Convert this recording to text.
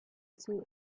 see